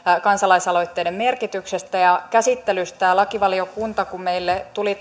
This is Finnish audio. kansalaisaloitteiden merkityksestä ja käsittelystä lakivaliokunnassa kun meille tuli